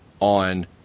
on